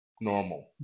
normal